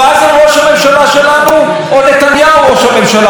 אזרחי ישראל הצביעו לאבו מאזן או לנתניהו?